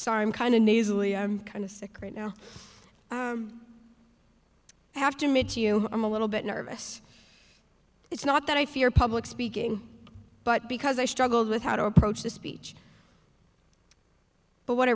sarm kind of nasally i'm kind of sick right now i have to meet you i'm a little bit nervous it's not that i fear public speaking but because i struggled with how to approach the speech but wh